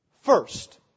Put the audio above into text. first